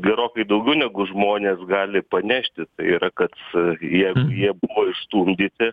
gerokai daugiau negu žmonės gali panešti yra kad jeigu jie buvo išstumdyti